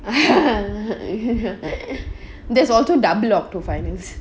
there's also double octo finals